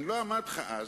אני לא אמרתי לך אז,